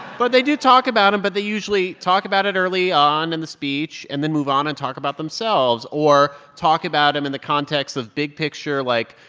but they do talk about him. but they usually talk about it early on in the speech and then move on and talk about themselves. or talk about him in the context of big picture. like,